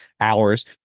hours